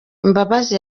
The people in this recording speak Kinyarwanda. imbabazi